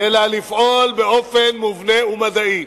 אלא לפעול באופן מובנה ומדעי.